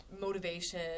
motivation